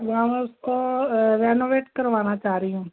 मैं उसको रेनोवेट करवाना चाह रही हूँ